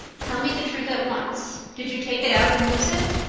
tell me the truth at once. did you take it out and lose it?